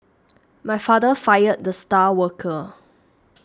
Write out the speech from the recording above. my father fired the star worker